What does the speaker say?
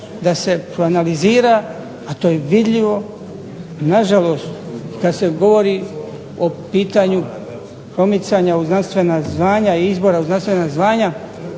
da se proanalizira, a to je vidljivo, na žalost kad se govori o pitanju promicanja u znanstvena zvanja i izbora u znanstvena zvanja,